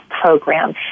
program